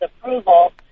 approval